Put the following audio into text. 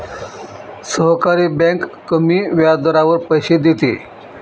सहकारी बँक कमी व्याजदरावर पैसे देते